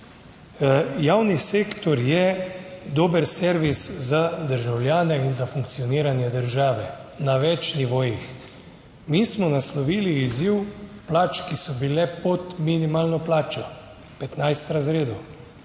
Javni sektor je dober servis za državljane in za funkcioniranje države na več nivojih. Mi smo naslovili izziv plač, ki so bile pod minimalno plačo, 15 razredov.